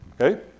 Okay